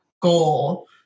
goal